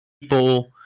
people